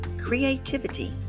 creativity